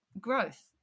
growth